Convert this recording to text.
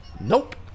Nope